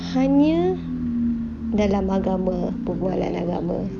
hanya dalam agama perbualan agama